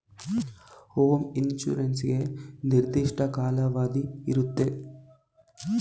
home insurance ಗೆ ನಿರ್ದಿಷ್ಟ ಕಾಲಾವಧಿ ಇರುತ್ತೆ